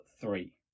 three